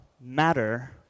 matter